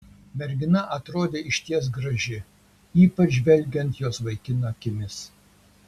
mergina atrodė išties graži ypač žvelgiant jos vaikino akimis